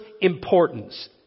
importance